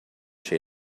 she